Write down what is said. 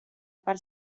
part